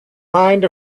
mind